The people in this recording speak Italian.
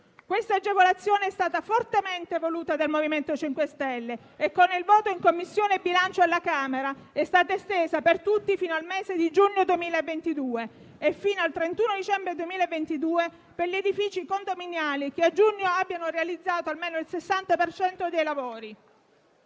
Quest'agevolazione è stata fortemente voluta dal MoVimento 5 Stelle e, con il voto in Commissione bilancio alla Camera, è stata estesa per tutti fino al mese di giugno 2022 e fino al 31 dicembre 2022 per gli edifici condominiali che a giugno abbiano realizzato almeno il 60 per